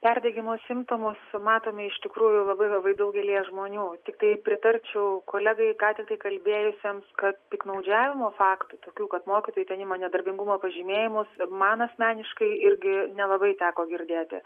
perdegimo simptomus matome iš tikrųjų labai labai daugelyje žmonių tiktai pritarčiau kolegai ką tiktai kalbėjusiams kad piktnaudžiavimo faktų tokių kad mokytojai ten ima nedarbingumo pažymėjimus ir man asmeniškai irgi nelabai teko girdėti